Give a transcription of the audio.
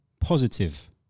positive